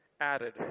added